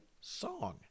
song